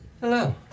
Hello